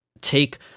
take